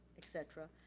et cetera.